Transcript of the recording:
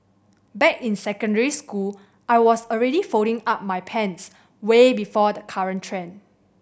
back in secondary school I was already folding up my pants way before the current trend